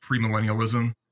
premillennialism